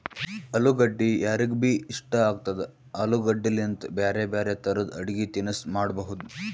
ಅಲುಗಡ್ಡಿ ಯಾರಿಗ್ಬಿ ಇಷ್ಟ ಆಗ್ತದ, ಆಲೂಗಡ್ಡಿಲಿಂತ್ ಬ್ಯಾರೆ ಬ್ಯಾರೆ ತರದ್ ಅಡಗಿ ತಿನಸ್ ಮಾಡಬಹುದ್